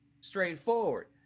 straightforward